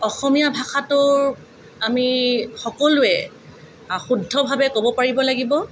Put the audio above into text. অসমীয়া ভাষাটোৰ আমি সকলোৱে শুদ্ধভাৱে ক'ব পাৰিব লাগিব